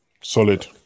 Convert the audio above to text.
Solid